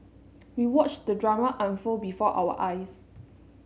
we watched the drama unfold before our eyes